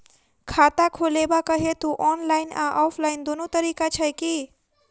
खाता खोलेबाक हेतु ऑनलाइन आ ऑफलाइन दुनू तरीका छै की?